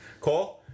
Cole